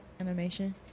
Animation